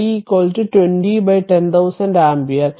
i 20 10000 ampere